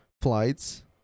flights